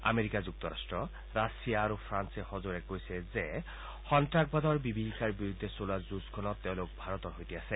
America যুক্তৰাষ্ট্ৰ Russia আৰু ফ্ৰান্সে সজোৰে কৈছে যে সন্তাসবাদৰ বিভীষিকাৰ বিৰুদ্ধে চলোৱা যুঁজখনত তেওঁলোক ভাৰতৰ সৈতে আছে